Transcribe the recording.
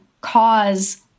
cause